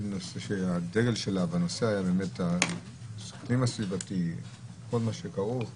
שהדגל שלה היה הנושאים הסביבתיים וכל מה שכרוך,